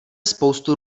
spoustu